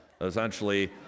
essentially